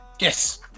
Yes